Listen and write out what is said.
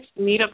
meetup